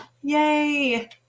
Yay